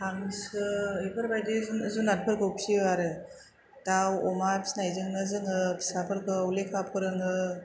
हांसो बेफोरबायदि जुनादफोरखौ फियो आरो दाउ अमा फिनायजोंनो जोङो फिसाफोरखौ लेखा फोरोङो